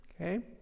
okay